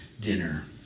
dinner